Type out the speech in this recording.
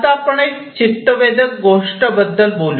आता पण चित्तवेधक गोष्ट बद्दल बोलू